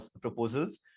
proposals